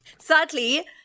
sadly